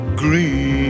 Green